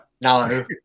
No